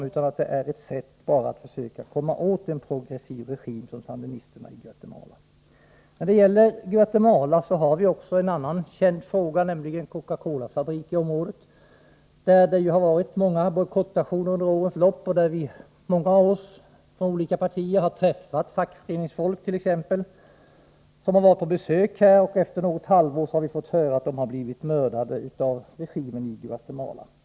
Det är bara ett sätt att försöka komma åt en progressiv regim som sandinistregimen i Guatemala. När det gäller Guatemala har vi också en annan bekant fråga. Det gäller Coca Cola-fabriken, där det under årens lopp förekommit många bojkottaktioner. Från de olika partierna är vi många som träffat t.ex. fackföreningsfolk vid deras besök här. Efter något halvår har vi fått höra att de mördats av regimen i Guatemala.